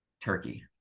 Turkey